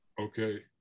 okay